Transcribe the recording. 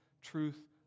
truth